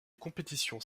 compétitions